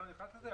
אני לא נכנס לזה,